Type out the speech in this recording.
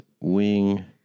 wing